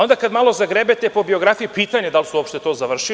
Onda, kada malo zagrebete po biografiji, pitanje je da li su uopšte to završili.